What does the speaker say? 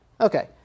Okay